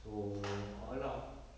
so a'ah lah